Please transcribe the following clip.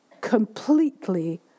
completely